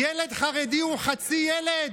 ילד חרדי הוא חצי ילד?